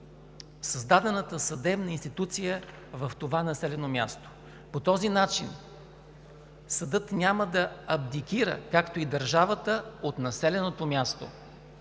създадената съдебна институция в това населено място. По този начин съдът няма да абдикира, както и държавата от населеното място.